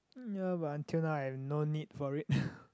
ya but until now I have no need for it